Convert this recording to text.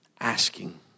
asking